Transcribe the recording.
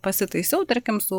pasitaisiau tarkim su